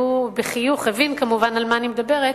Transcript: והוא בחיוך הבין כמובן על מה אני מדברת,